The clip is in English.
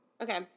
Okay